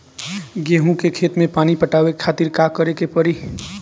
गेहूँ के खेत मे पानी पटावे के खातीर का करे के परी?